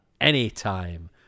anytime